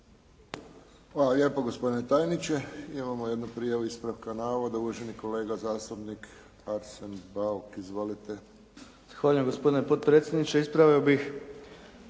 Hvala lijepo gospodine tajniče. Imamo jednu prijavu ispravka navoda, uvaženi kolega zastupnik Arsen Bauk. Izvolite. **Bauk, Arsen (SDP)** Zahvaljujem gospodine potpredsjedniče. Ispravio bih